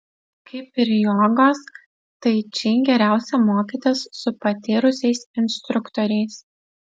kaip ir jogos tai či geriausia mokytis su patyrusiais instruktoriais